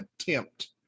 attempt